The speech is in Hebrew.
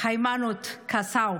היימנוט קסאו.